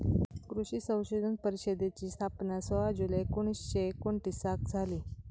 कृषी संशोधन परिषदेची स्थापना सोळा जुलै एकोणीसशे एकोणतीसाक झाली